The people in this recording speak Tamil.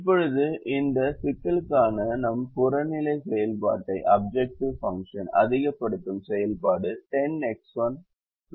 இப்போது இந்த சிக்கலுக்கான நம் புறநிலை செயல்பாட்டை அதிகப்படுத்தும் செயல்பாடு 10X1 9X2 ஆகும்